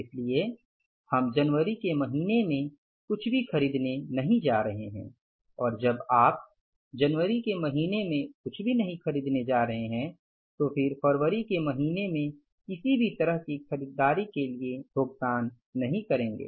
इसलिए हम जनवरी के महीने में कुछ भी खरीदने नहीं जा रहे हैं और जब आप जनवरी के महीने में कुछ भी नहीं खरीदने जा रहे हैं तो फिर फरवरी के महीने में किसी भी तरह की खरीदारी के लिए भुगतान नहीं करेंगे